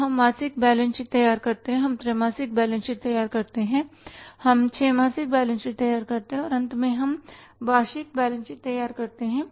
अब हम मासिक बैलेंस शीट तैयार करते हैं हम त्रैमासिक बैलेंस शीट तैयार करते हैं हम छमासिक बैलेंस शीट तैयार करते हैं और अंत में हम वार्षिक बैलेंस शीट तैयार करते हैं